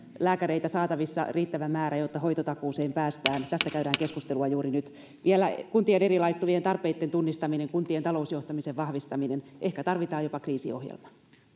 lääkäreitä saatavissa riittävä määrä jotta hoitotakuuseen päästään tästä käydään keskustelua juuri nyt vielä kuntien erilaistuvien tarpeitten tunnistaminen ja kuntien talousjohtamisen vahvistaminen ehkä tarvitaan jopa kriisiohjelma